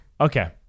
Okay